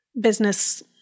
business